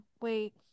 wait